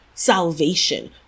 salvation